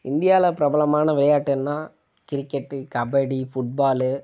இந்தியாவில் பிரபலமான விளையாட்டுனால் கிரிக்கெட்டு கபடி ஃபுட்பாலு